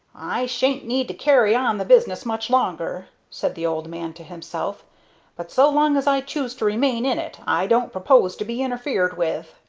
i sha'n't need to carry on the business much longer, said the old man to himself but so long as i choose to remain in it i don't propose to be interfered with.